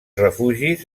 refugis